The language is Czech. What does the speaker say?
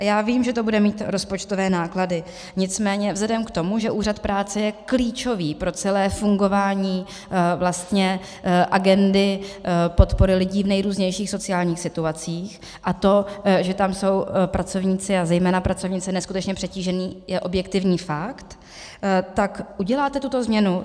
Já vím, že to bude mít rozpočtové náklady, nicméně vzhledem k tomu, že Úřad práce je klíčový pro celé fungování agendy podpory lidí v nejrůznějších sociálních situacích, a to, že tam jsou pracovníci a zejména pracovnice neskutečně přetíženi, je objektivní fakt tak uděláte tuto změnu?